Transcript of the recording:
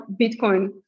Bitcoin